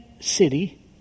city